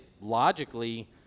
logically